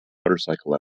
motorcycle